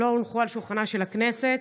שלא הונחו על שולחנה של הכנסת?